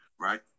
Right